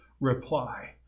reply